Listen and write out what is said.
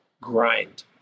grind